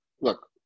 look